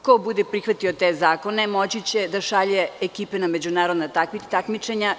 Ko bude prihvatio te zakone moći će da šalje ekipe na međunarodna takmičenja.